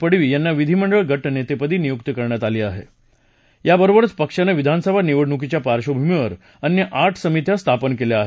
पडवी यांना विधिमंडळ गट नस्पिकी नियूक्त करण्यात आलं आह आबरोबरचं पक्षानं विधानसभा निवडणुकीच्या पार्श्वभूमीवर अन्य आठ समित्या स्थापन केल्या आहेत